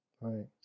Right